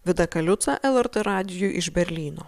vida kaliuca lrt radijui iš berlyno